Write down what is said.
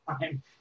time